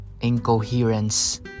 incoherence